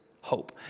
hope